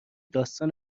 داستان